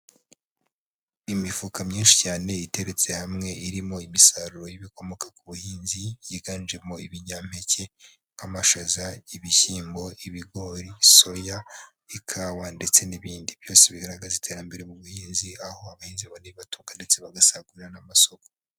Imifuka myinshi cyane iteretse hamwe irimo imisaruro y'ibikomoka ku buhinzi, yiganjemo ibinyampeke nk'amashaza, ibishyimbo, ibigori, soya, ikawa ndetse n'ibindi, byose bigaragaza iterambere mu buhinzi aho abahinzi babona ibibatunga ndetse bagasagurira n'amasoko.